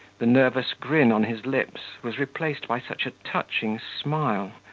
the nervous grin on his lips was replaced by such a touching smile,